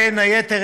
בין היתר,